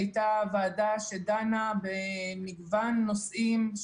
הייתה ועדה שדנה במגוון נושאים,